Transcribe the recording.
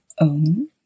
own